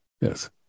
Yes